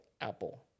Apple